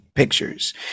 pictures